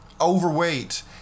overweight